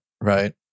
right